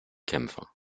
kämpfer